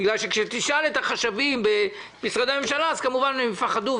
כאשר תשאל את החשבים במשרדי הממשלה אז כמובן הם יפחדו.